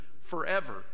forever